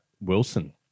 Wilson